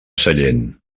sallent